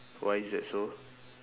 why is that so